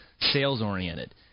Sales-oriented